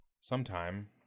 sometime